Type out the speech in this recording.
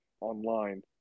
online